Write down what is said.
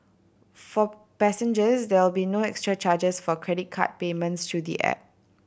for passengers there will be no extra charges for credit card payments through the app